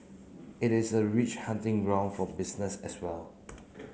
it is a rich hunting ground for business as well